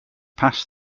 passed